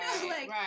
right